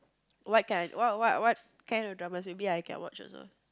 what kind what what what kind of drama maybe I can watch also